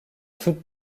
toutes